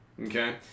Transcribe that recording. Okay